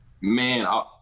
Man